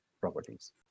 properties